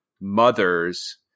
mothers